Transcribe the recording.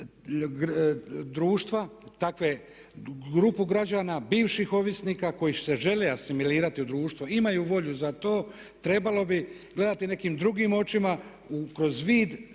društva, takve grupu građana bivših ovisnika koji se žele asimilirati u društva, imaju volju za to trebalo bi gledati nekim drugim očima kroz vid